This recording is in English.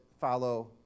follow